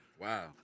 Wow